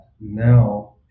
now